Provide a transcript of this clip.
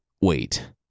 wait